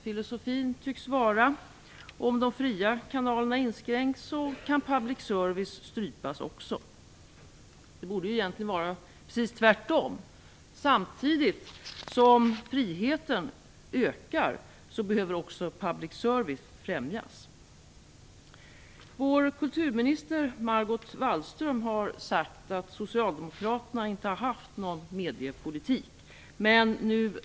Filosofin tycks vara att om de fria kanalerna inskränks, så kan också public service-verksamheten strypas. Det borde egentligen vara precis tvärtom. Samtidigt som friheten ökar behöver public service främjas. Vår kulturminister, Margot Wallström, har sagt att Socialdemokraterna inte har haft någon mediepolitik.